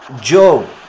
Joe